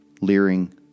leering